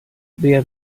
wer